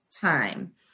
time